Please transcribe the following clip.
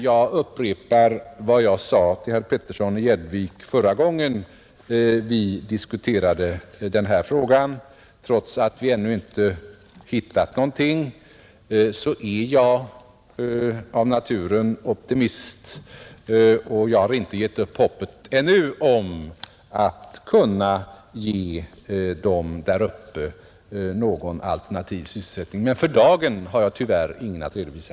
Jag upprepar vad jag sade till herr Petersson i Gäddvik förra gången vi diskuterade den här frågan: Trots att vi ännu inte hittat någonting har jag — jag är av naturen optimist — ännu inte givit upp hoppet om att kunna ge dem där uppe någon alternativ sysselsättning. Men för dagen har jag tyvärr ingen att redovisa.